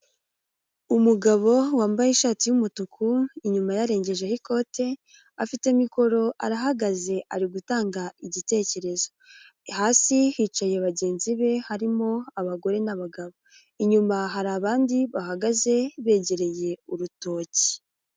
umugabo wambaye ishati y'umutuku, inyuma yarengejeho ikote, afite mikoro arahagaze ari gutanga igitekerezo, hasi hicaye bagenzi be, harimo abagore n'abagabo, inyuma hari abandi bahagaze begereye urutoki.